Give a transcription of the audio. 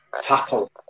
tackle